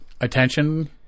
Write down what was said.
attention